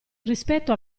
rispetto